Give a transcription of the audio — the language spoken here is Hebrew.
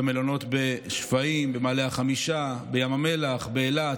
במלונות בשפיים, במעלה החמישה, בים המלח, באילת,